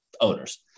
owners